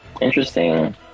Interesting